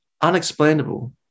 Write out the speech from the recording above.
unexplainable